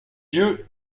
dieu